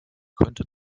könnte